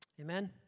Amen